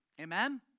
Amen